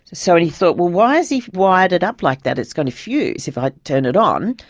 so, and he thought, well, why has he wired it up like that? it's going to fuse if i turn it on.